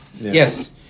Yes